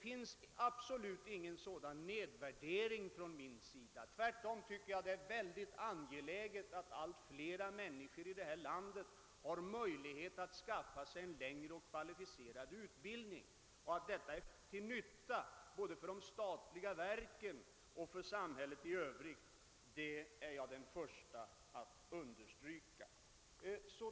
Jag gör mig absolut inte skyldig till någon sådan nedvärdering; tvärtom anser jag det vara ytterst angeläget att allt fler människor i vårt land får möjlighet att skaffa sig en längre, kvalificerad utbildning. Att detta är till nytta både för de statliga verken och för samhället i övrigt är jag den förste att understryka.